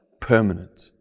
permanent